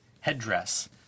headdress